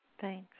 Thanks